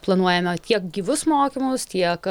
planuojame tiek gyvus mokymus tiek